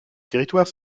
territoire